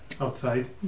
outside